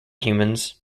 humans